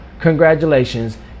congratulations